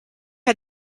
had